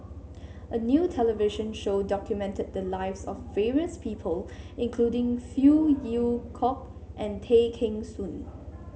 a new television show documented the lives of various people including Phey Yew Kok and Tay Kheng Soon